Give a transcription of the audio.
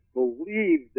believe